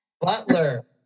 Butler